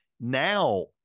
Now